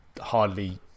hardly